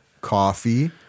coffee